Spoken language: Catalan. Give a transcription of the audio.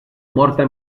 morta